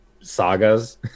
sagas